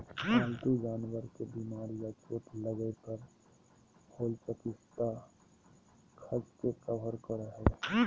पालतू जानवर के बीमार या चोट लगय पर होल चिकित्सा खर्च के कवर करो हइ